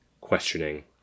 questioning